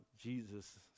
Jesus